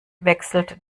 wechselt